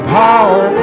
power